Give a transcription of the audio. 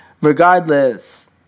Regardless